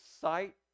sight